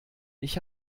ich